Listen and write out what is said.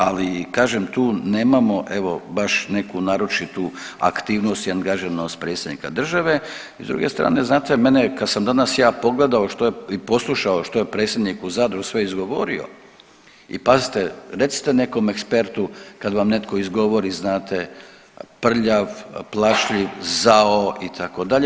Ali kažem tu nemamo evo baš neku naročitu aktivnost i angažiranost predsjednika države i s druge strane, znate mene kad sam ja danas pogledao i poslušao što je predsjednik u Zadru sve izgovorio i pazite recite nekom ekspertu kad vam netko izgovori znate prljav, plašljiv, zao itd.